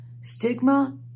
Stigma